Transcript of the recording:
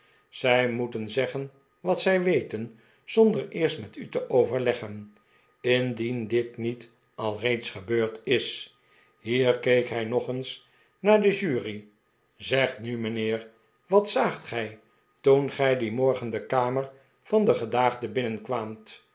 zij moeten zeggen wat zij weten zonder eerst met u te overleggen indieh dit niet alreeds gebeurd is hier keek hij nog eens naar de jury rr zeg nu mijnheer wat zaagt gij toen gij dien morgen de kamer van den gedaagde binnenkwaamt